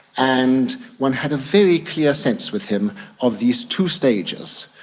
and one had a very clear sense with him of these two stages.